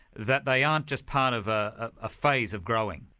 that they aren't just part of a ah phase of growing?